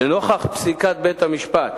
לנוכח פסיקת בית-המשפט